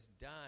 done